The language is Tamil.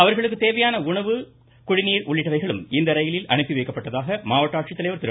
அவர்களுக்கு தேவையான உணவு மற்றும் குடிநீர் உள்ளிட்டவைகளும் இந்த ரயிலில் அனுப்பி வைக்கப்பட்டதாக மாவட்ட ஆட்சித்தலைவர் திரு